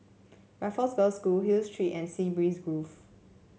Raffles Girls' School Hill Street and Sea Breeze Grove